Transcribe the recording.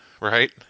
right